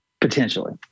potentially